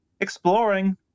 exploring